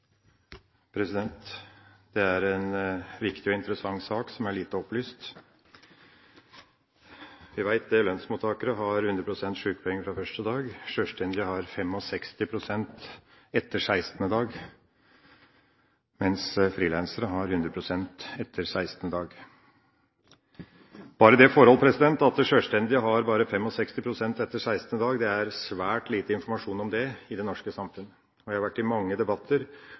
til. Det er en viktig og interessant sak som er lite opplyst. Vi vet at lønnsmottakere har 100 pst. sykepenger fra første dag. Sjølstendige har 65 pst. etter 16. dag, mens frilansere har 100 pst. etter 16. dag. Bare det forhold at sjølstendige bare har 65 pst. etter 16. dag, er det svært lite informasjon om i det norske samfunn. Jeg har vært i mange debatter